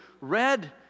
read